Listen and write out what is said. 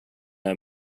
not